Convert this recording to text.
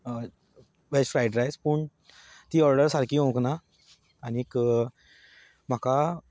veg fried rice पूण ती order सारकी येवंक ना आनी म्हाका